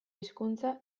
hizkuntza